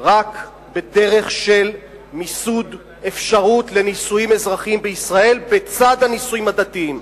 רק בדרך של מיסוד אפשרות לנישואים אזרחיים בישראל בצד הנישואים הדתיים.